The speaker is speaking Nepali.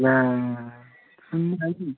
ला शून्य खालि